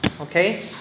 Okay